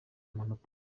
amanota